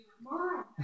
Mom